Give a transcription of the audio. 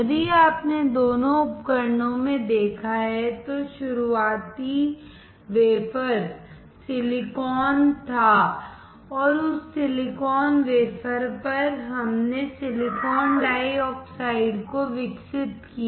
यदि आपने दोनों उपकरणों में देखा है तो शुरुआती वेफर सिलिकॉनथा और उस सिलिकॉन वेफर पर हमने सिलिकॉन डाइऑक्साइड को विकसित किया